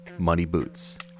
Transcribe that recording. moneyboots